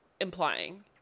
implying